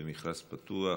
במכרז פתוח,